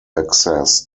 access